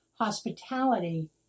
hospitality